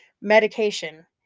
Medication